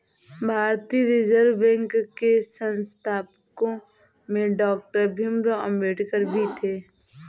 भारतीय reserve bank के संस्थापकों में डॉक्टर भीमराव अंबेडकर भी थे